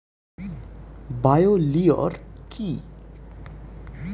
Bio লিওর কি?